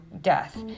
death